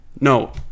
No